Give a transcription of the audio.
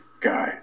guy